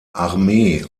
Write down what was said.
armee